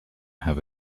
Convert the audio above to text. have